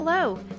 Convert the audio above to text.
Hello